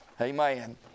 Amen